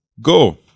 go